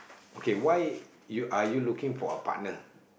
okay why you are you looking for a partner